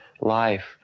life